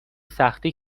سختی